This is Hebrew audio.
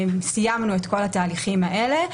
סיימנו את כל התהליכים האלה,